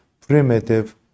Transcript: primitive